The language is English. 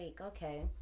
okay